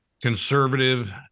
Conservative